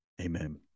Amen